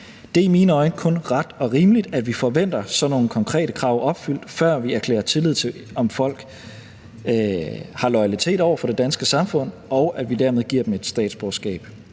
Det er i mine øjne kun ret og rimeligt, at vi forventer sådan nogle konkrete krav opfyldt, før vi erklærer tillid til, at folk føler loyalitet over for det danske samfund, og at vi dermed giver dem et statsborgerskab.